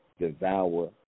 Devour